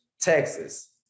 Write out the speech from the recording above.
Texas